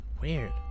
Weird